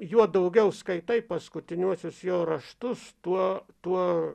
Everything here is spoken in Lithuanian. juo daugiau skaitai paskutiniuosius jo raštus tuo tuo